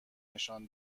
نشان